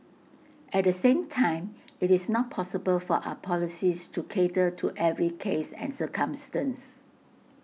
at the same time IT is not possible for our policies to cater to every case and circumstance